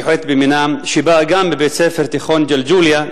מיוחדת במינה שבאה גם מבית-ספר תיכון ג'לג'וליה,